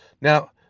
Now